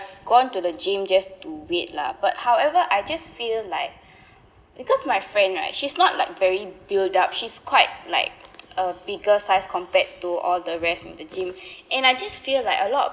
gone to the gym just to wait lah but however I just feel like because my friend right she's not like very build up she's quite like a bigger size compared to all the rest in the gym and I just feel like a lot